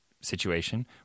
situation